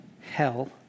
hell